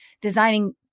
designing